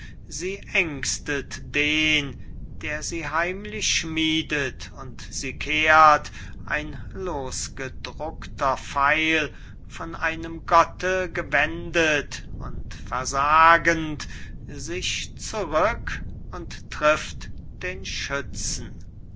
sie ängstet den der sie heimlich schmiedet und sie kehrt ein losgedruckter pfeil von einem gotte gewendet und versagend sich zurück und trifft den schützen